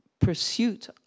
pursuit